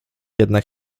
jednak